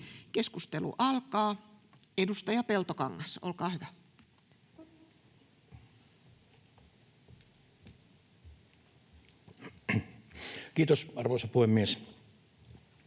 Keskustelu alkaa. Edustaja Peltokangas, olkaa hyvä. [Speech